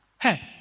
Hey